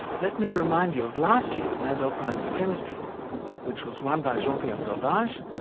let me remind you of last year's nobel prize for chemistry which was won by jean-pierre sauvage,